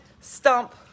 stump